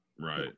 Right